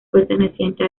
perteneciente